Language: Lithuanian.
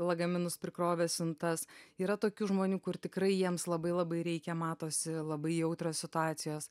lagaminus prikrovę siuntas yra tokių žmonių kur tikrai jiems labai labai reikia matosi labai jautrios situacijos